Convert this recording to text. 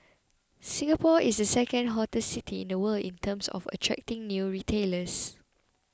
Singapore is the second hottest city in the world in terms of attracting new retailers